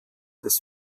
des